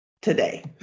Today